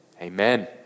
Amen